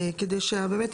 כדי שבאמת,